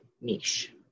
niche